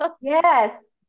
yes